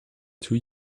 two